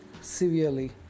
severely